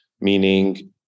meaning